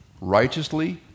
righteously